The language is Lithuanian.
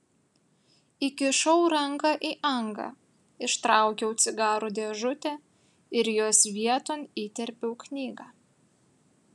įkišau ranką į angą ištraukiau cigarų dėžutę ir jos vieton įterpiau knygą